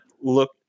look